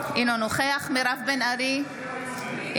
נוכח מירב בן ארי,